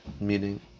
Meaning